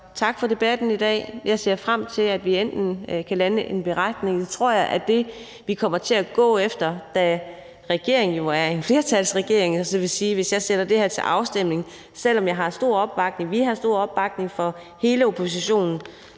tak for debatten i dag. Jeg ser frem til, at vi kan lande en beretning – det tror jeg er det, vi kommer til at gå efter, da regeringen jo er en flertalsregering. Det vil sige, at hvis jeg sætter det her til afstemning, selv om vi har stor opbakning fra hele oppositionen,